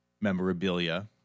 memorabilia